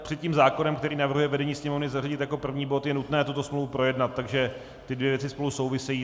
Před tím zákonem, který navrhuje vedení Sněmovny zařadit jako první bod, je nutné tuto smlouvu projednat, takže tyto dvě věci spolu souvisejí.